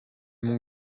mon